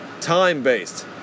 time-based